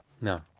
No